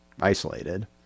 isolated